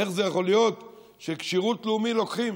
איך יכול להיות שלשירות לאומי לוקחים